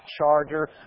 charger